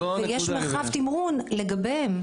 ויש לכם מרחב תמרון לגביהם.